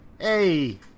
Hey